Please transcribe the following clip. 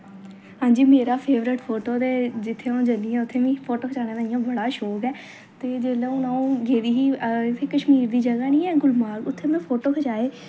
हां जी मेरा फेवरट फोटो ते जित्थें अ'ऊं जन्नी आं उत्थें मिगी फोटो खचाने दा इ'यां बड़ा शौंक ऐ ते जेल्लै हून अ'ऊं गेदी दी कश्मीर दा जगह् नी ऐ गुलमार्ग उत्थैं मैं फोटो खचाए